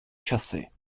часи